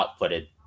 outputted